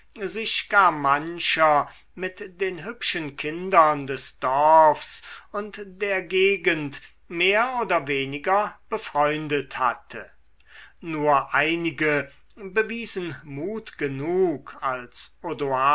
sich gar mancher mit den hübschen kindern des dorfs und der gegend mehr oder weniger befreundet hatte nur einige bewiesen mut genug als